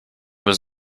was